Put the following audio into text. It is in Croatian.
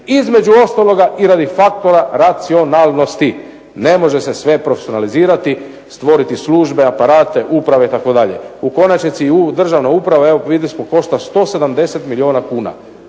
između ostaloga i radi faktora racionalnosti. Ne može se sve profesionalizirati stvoriti službe, aparate, uprave itd. U konačnici i državna uprava evo vidjeli smo košta 170 milijuna kuna.